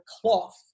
cloth